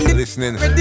listening